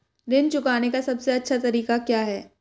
ऋण चुकाने का सबसे अच्छा तरीका क्या है?